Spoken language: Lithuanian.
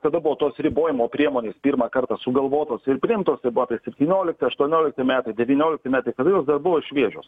tada buvo tos ribojimo priemonės pirmą kartą sugalvotos ir priimtos tai buvo apie septyniolikti aštuoniolikti metai devyniolikti metai kada jos dar buvo šviežios